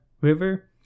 river